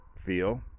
feel